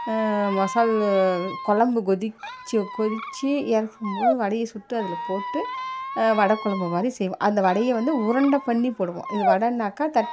மசால் குழம்பு கொதித்து கொதித்து இறக்கும்போது வடையை சுட்டு அதில் போட்டு வடை குழம்பு மாதிரி செய்வோம் அந்த வடையை வந்து உருண்டை பண்ணி போடுவோம் இது வடைனாக்க தட்